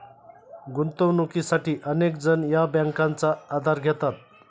गुंतवणुकीसाठी अनेक जण या बँकांचा आधार घेतात